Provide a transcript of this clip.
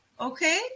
okay